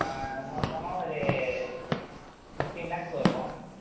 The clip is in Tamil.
மொத்தமாக ஒரு பிஃப்டின் லேக்ஸ் வரும்